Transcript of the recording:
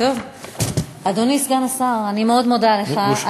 טוב, אדוני סגן השר, אני מאוד מודה לך.